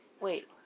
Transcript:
Wait